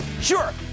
sure